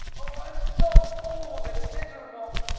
oh, i'm so old and miserable,